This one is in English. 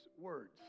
words